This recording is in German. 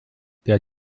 der